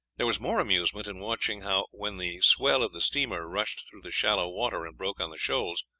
there was more amusement in watching how, when the swell of the steamer rushed through the shallow water and broke on the shoals,